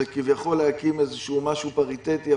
זה כביכול להקים משהו פריטטי,